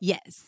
Yes